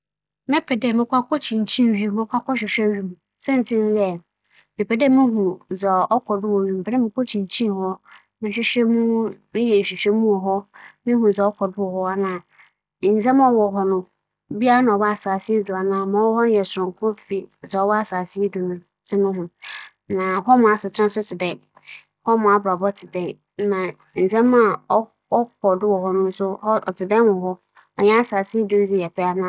Mebɛpɛ dɛ mobͻkͻ po ase akͻhwehwɛ mu adze kyɛn dɛ mobͻkͻ abͻdze nkae ͻwͻ wimu akͻhwehwɛ mu adze. Siantsir nye dɛ, po dze ͻwͻ asaase yi ara do ntsi sɛ mokͻ mpo na sɛ esian bi to me a, mebenya aboafo ma wͻabͻboa me, afei so mobohu anam akɛse na nketsewa na ndzɛmba a ͻdeda po ase nyinara mobohu. Iyi nye me siantsir.